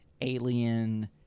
alien